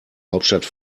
hauptstadt